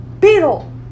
Beetle